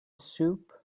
soup